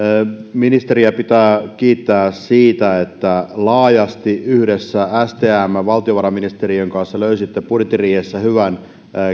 ministeriä pitää kiittää siitä että laajasti yhdessä stmn valtiovarainministeriön kanssa löysitte budjettiriihessä hyvän